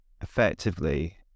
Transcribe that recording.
effectively